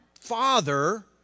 father